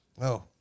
No